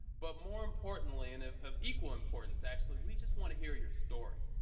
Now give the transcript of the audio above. but more importantly, and of of equal importance actually, we just want to hear your story.